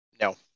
No